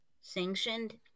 sanctioned